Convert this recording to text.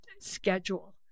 schedule